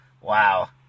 Wow